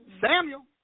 Samuel